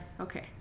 Okay